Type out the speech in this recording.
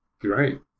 great